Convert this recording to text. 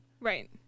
right